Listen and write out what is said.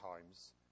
times